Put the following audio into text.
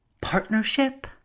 partnership